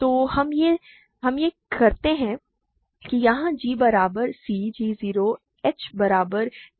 तो हम यह करते हैं कि यहाँ g बराबर c g 0 h बराबर d h 0 है